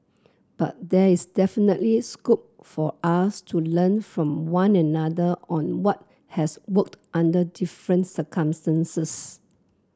but there is definitely scope for us to learn from one another on what has worked under different circumstances